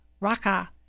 Raka